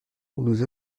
nous